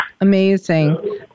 Amazing